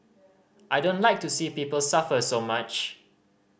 I don't like to see people suffer so much